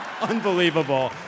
Unbelievable